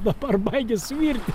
dabar baigia suirti